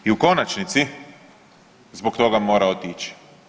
u konačnici zbog toga mora otići.